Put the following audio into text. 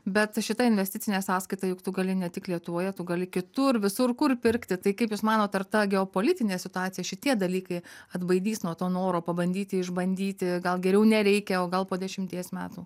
bet šita investicinė sąskaita juk tu gali ne tik lietuvoje tu gali kitur visur kur pirkti tai kaip jūs manot ar ta geopolitinė situacija šitie dalykai atbaidys nuo to noro pabandyti išbandyti gal geriau nereikia o gal po dešimties metų